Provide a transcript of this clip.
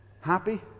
Happy